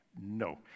No